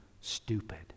stupid